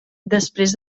després